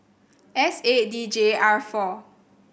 S eight D J R four